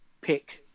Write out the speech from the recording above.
pick